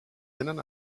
tenen